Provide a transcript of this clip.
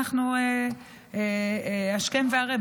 השכם וערב,